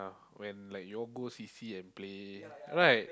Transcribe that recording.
when like y'all go C_C and play right